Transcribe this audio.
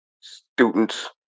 students